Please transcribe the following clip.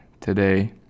Today